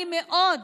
אני מאוד